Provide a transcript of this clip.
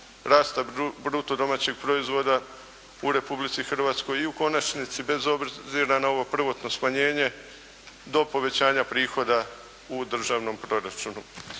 rasta bruto domaćeg proizvoda u Republici Hrvatskoj i u konačnici, bez obzira na ovo prvotno smanjenje do povećanja prihoda u državnom proračunu.